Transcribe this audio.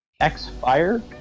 X-Fire